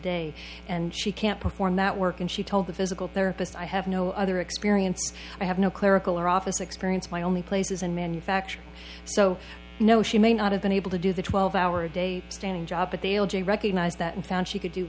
day and she can't perform that work and she told the physical therapist i have no other experience i have no clerical or office experience my only places and manufacture so no she may not have been able to do the twelve hour a day standing job but they recognize that and found she could do